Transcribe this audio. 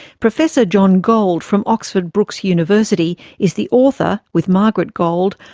professor john gold from oxford brookes university is the author, with margaret gold,